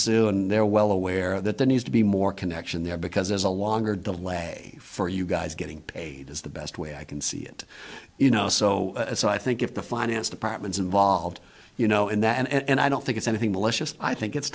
soon they're well aware that there needs to be more connection there because as a longer delay for you guys getting paid is the best way i can see it you know so so i think if the finance departments involved you know in that and i don't think it's anything malicious i think it's